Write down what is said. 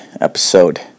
episode